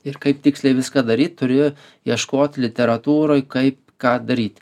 ir kaip tiksliai viską daryt turi ieškot literatūroj kaip ką daryti